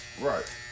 Right